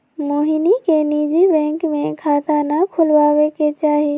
मोहिनी के निजी बैंक में खाता ना खुलवावे के चाहि